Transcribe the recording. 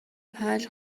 پنج